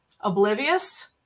oblivious